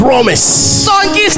Promise